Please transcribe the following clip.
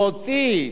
להוציא,